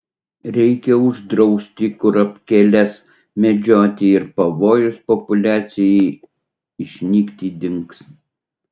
reikia uždrausti kurapkėles medžioti ir pavojus populiacijai išnykti dings